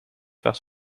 werd